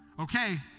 Okay